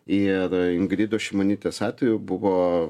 ir ingridos šimonytės atveju buvo